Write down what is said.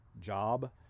job